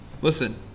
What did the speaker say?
Listen